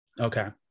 Okay